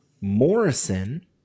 Morrison